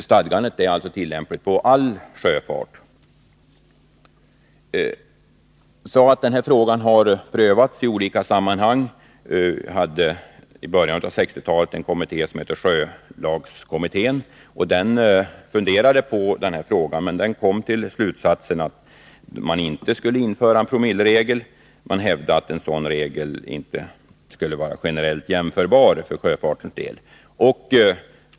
Stadgandet är tillämpligt på all sjöfart. Den här frågan har prövats i olika sammanhang. I början av 1960-talet fanns en kommitté som hette sjölagskommittén. Den funderade på denna fråga men kom till slutsatsen att man inte skulle införa en promilleregel. Man hävdade att en sådan regel inte skulle vara generellt genomförbar för sjöfartens del.